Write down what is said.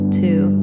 two